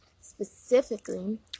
specifically